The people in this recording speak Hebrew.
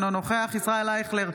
אינו נוכח ישראל אייכלר,